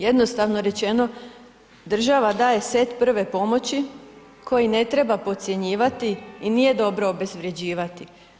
Jednostavno rečeno država daje set prve pomoći koji ne treba podcjenjivati i nije dobro obezvrjeđivati.